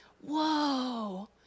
whoa